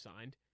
signed